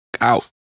out